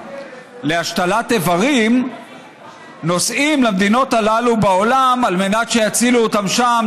להשתלת איברים נוסעים למדינות הללו בעולם על מנת שיצילו אותם שם,